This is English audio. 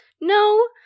No